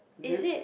is it